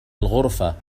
الغرفة